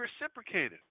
reciprocated